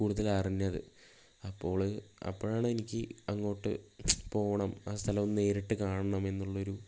കൂടുതൽ അറിഞ്ഞത് അപ്പോൾ അപ്പോഴാണെനിക്ക് അങ്ങോട്ട് പോവണം ആ സ്ഥലമൊന്ന് നേരിട്ട് കാണണം എന്നുള്ളൊരു